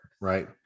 right